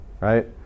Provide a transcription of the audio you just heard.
Right